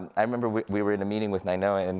i remember, we we were in a meeting with nainoa, and